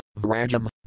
Vrajam